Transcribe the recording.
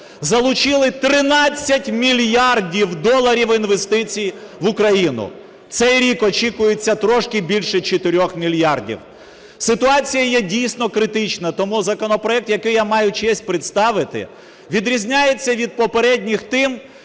залучили 13 мільярдів доларів інвестицій в Україну, цей рік очікується трішки більше 4 мільярдів. Ситуація є дійсно критична, тому законопроект, який я маю честь представити, відрізняється від попередніх тим,